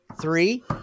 three